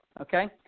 okay